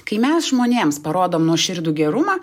kai mes žmonėms parodom nuoširdų gerumą